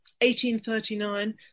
1839